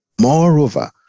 Moreover